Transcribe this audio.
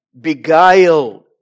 beguiled